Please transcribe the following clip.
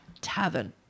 tavern